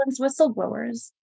whistleblowers